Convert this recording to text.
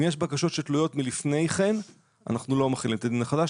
אם יש בקשות שתלויות מלפני כן אנחנו לא מחילים את הדין החדש,